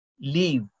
leave